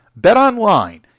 BetONLINE